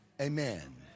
amen